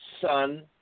son